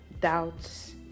doubts